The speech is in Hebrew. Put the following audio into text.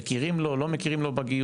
מכירים לו או לא מכירים לו בגיור?